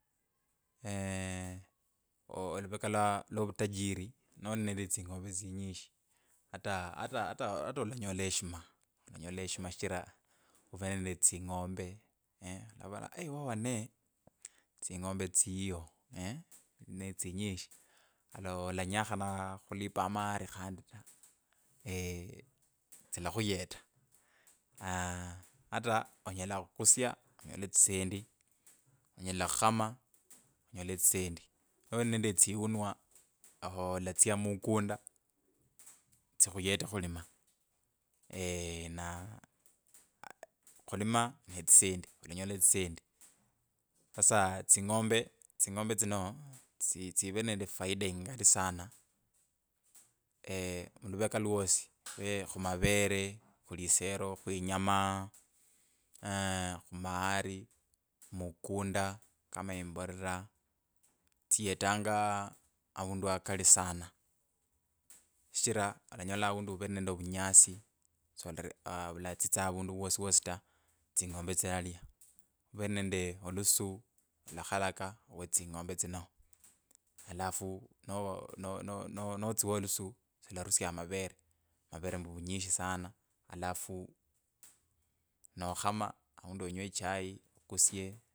oluveka lwa ovutayari noli nende tsinyishi hata olanyola heshima, olanyola heshima shichira uvere nende tsing’ombe walavolaa wa wane tsing’ombe tsiyo netsinyishi haloo olanyakhanaa khuliva mahali handi taa tsilakhuyeta aa hata onyela khukusia onyela tsisendi. noli nende tsiunua avo olatsia mukunda tsikhu okhulima na khulima netsisendi olanyola tsisendi sasa tsing’ombe tsino tsivele nende fainda ingali sana khuluveka luosi khumavere khulisero kuawinyama khumahari mukunda kama imbolera tsietanga avundu akali sana shichira olanyola aundi uvele nende vunyasi sola aaa vulatsaanga avundu wosi ta tsing’ombe tsilalia ukoele nende olusu olakhalaka owee tsing’ombe tsino alafu no- no tsiwa olusu tsilarusia amabele, mabele muvunyishi shana alafu nokhama aundi onywe echai okusie.